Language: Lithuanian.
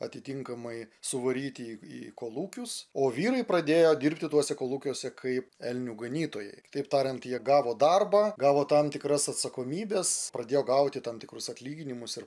atitinkamai suvaryti į į kolūkius o vyrai pradėjo dirbti tuose kolūkiuose kaip elnių ganytojai kitaip tariant jie gavo darbą gavo tam tikras atsakomybes pradėjo gauti tam tikrus atlyginimus ir